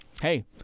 hey